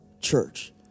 church